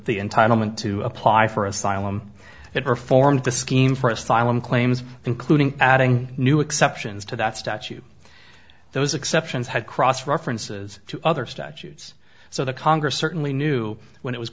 the entitlement to apply for asylum it performed the scheme for asylum claims including adding new exceptions to that statute those exceptions had cross references to other statutes so the congress certainly knew when it was